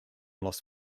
las